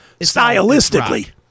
stylistically